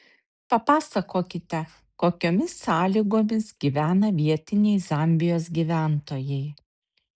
papasakokite kokiomis sąlygomis gyvena vietiniai zambijos gyventojai